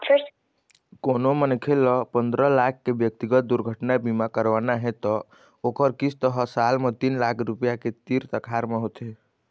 कोनो मनखे ल पंदरा लाख के ब्यक्तिगत दुरघटना बीमा करवाना हे त ओखर किस्त ह साल म तीन लाख रूपिया के तीर तखार म होथे